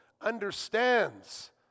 understands